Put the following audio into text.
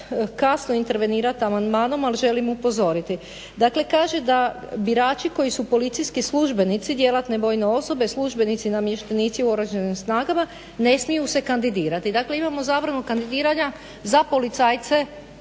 kasno intervenirati amandmanom, ali želim upozoriti. Dakle kaže da birači koji su policijski službenici, djelatne vojne osobe službenici namještenici u oružanim snagama ne smiju se kandidirati. Dakle imamo zabranu kandidiranja za policajce,